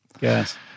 Yes